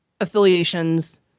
affiliations